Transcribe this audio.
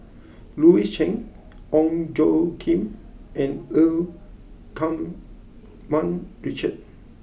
Louis Chen Ong Tjoe Kim and Eu Keng Mun Richard